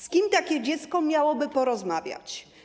Z kim takie dziecko miałoby porozmawiać?